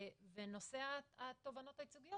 בנושא התובנות הייצוגיות,